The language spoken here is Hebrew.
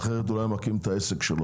אחרת לא היה מקים את העסק.